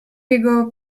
jego